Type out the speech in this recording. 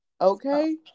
Okay